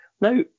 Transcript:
Now